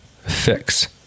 fix